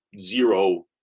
zero